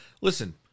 listen